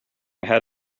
ahead